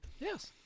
Yes